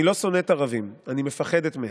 אני לא שונאת ערבים, אני מפחדת מהם,